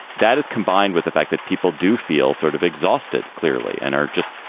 that is combined with the fact that people do feel sort of exhausted clearly and are just.